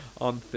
on